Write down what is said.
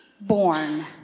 born